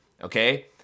Okay